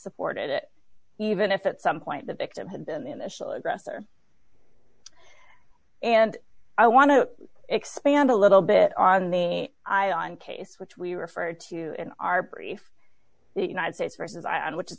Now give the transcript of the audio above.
support it even if at some point the victim had been initial aggressor and i want to expand a little bit on the ion case which we refer to in our brief united states versus i which is